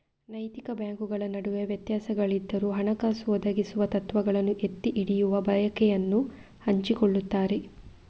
ನೈತಿಕ ಬ್ಯಾಂಕುಗಳ ನಡುವೆ ವ್ಯತ್ಯಾಸಗಳಿದ್ದರೂ, ಹಣಕಾಸು ಒದಗಿಸುವ ತತ್ವಗಳನ್ನು ಎತ್ತಿ ಹಿಡಿಯುವ ಬಯಕೆಯನ್ನು ಹಂಚಿಕೊಳ್ಳುತ್ತಾರೆ